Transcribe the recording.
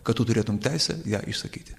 kad tu turėtume teisę ją išsakyti